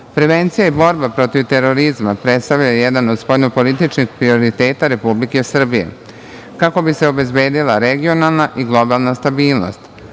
oblasti. Prevencija i borba protiv terorizma predstavlja jedan od spoljno-političkih prioriteta Republike Srbije kako bi se obezbedila regionalna i globalna stabilnost.